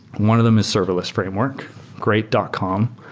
one of them is serverless framework great dot com,